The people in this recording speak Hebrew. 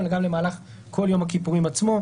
אלא גם למהלך כל יום הכיפורים עצמו.